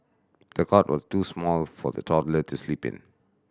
the cot was too small for the toddler to sleep in